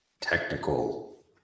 technical